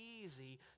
easy